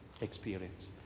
experience